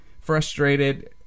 frustrated